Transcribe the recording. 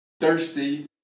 thirsty